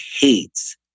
hates